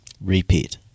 repeat